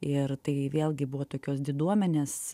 ir tai vėlgi buvo tokios diduomenės